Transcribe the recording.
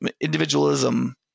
individualism